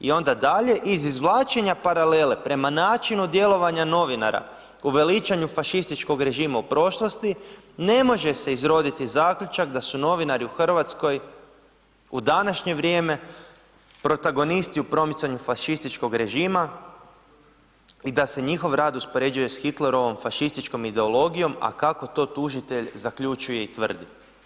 I onda dalje, iz izvlačenja paralele prema načinu djelovanja novinara u veličanju fašističkog režima u prošlosti, ne može se izroditi zaključak da su novinari u RH u današnje vrijeme protagonisti u promicanju fašističkog režima i da se njihov rad uspoređuje s Hitlerovom fašističkom ideologijom, a kako to tužitelj zaključuje i tvrdi.